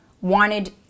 wanted